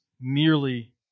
merely